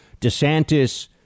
DeSantis